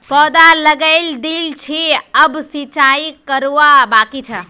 पौधा लगइ दिल छि अब सिंचाई करवा बाकी छ